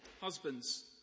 Husbands